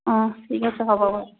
অঁ ঠিক আছে হ'ব বাৰু